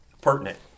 pertinent